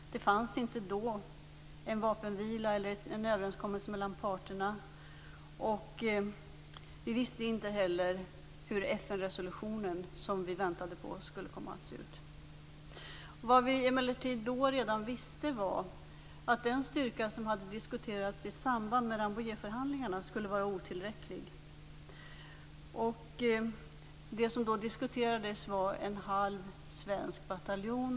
Det fanns inte då en vapenvila eller en överenskommelse mellan parterna, och vi visste inte heller hur den FN-resolution som vi väntade på skulle komma att se ut. Vad vi emellertid visste redan då var att den styrka som hade diskuterats i samband med Rambouilletförhandlingarna skulle vara otillräcklig. Det som då diskuterades var en halv svensk bataljon.